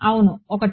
అవును 1